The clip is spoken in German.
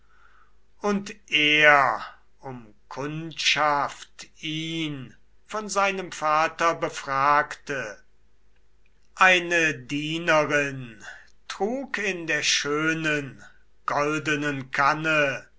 und er um kundschaft ihn von seinem vater befragte eine dienerin trug in der schönen goldenen kanne